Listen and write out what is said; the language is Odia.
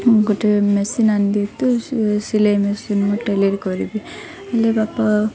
ଗୋଟେ ମେସିନ୍ ଆଣିଦିଅନ୍ତୁ ସିଲେଇ ମେସିନ୍ ମୁଁ ଟେଲରିଂ କରିବି ହେଲେ ବାପା